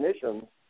definitions